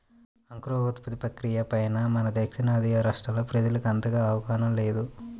అంకురోత్పత్తి ప్రక్రియ పైన మన దక్షిణాది రాష్ట్రాల్లో ప్రజలకు అంతగా అవగాహన లేదు